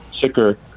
sicker